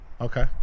Okay